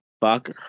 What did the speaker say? Fuck